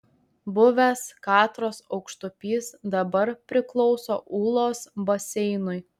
buvęs katros aukštupys dabar priklauso ūlos baseinui